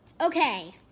Okay